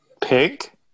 Pink